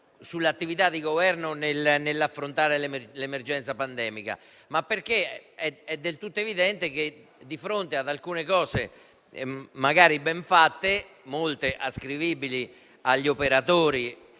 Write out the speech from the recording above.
sull'attività di Governo nell'affrontare l'emergenza pandemica, ma perché è del tutto evidente che di fronte ad alcune cose magari ben fatte, molte ascrivibili agli operatori